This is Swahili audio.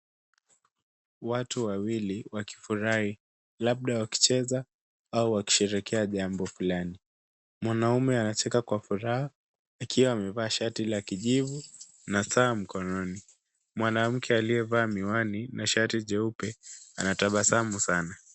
Watu wawili wakifurahi, labda wakicheza au wakisherehekea jambo fulani. Mwanamume anacheka kwa furaha akiwa amevaa shati la kijivu na saa mkononi. Mwanamke aliyevaa miwani na shati jeupe anatabasamu sana.